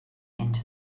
into